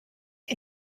est